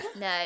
No